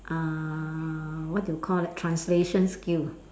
uh what do you call that translation skill